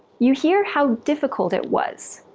you hear how difficult it was,